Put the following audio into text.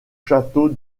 château